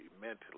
mentally